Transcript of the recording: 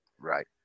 Right